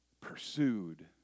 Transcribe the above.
pursued